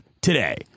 today